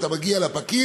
אתה מגיע לפקיד,